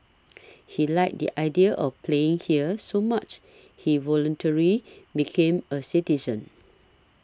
he liked the idea of playing here so much he voluntary became a citizen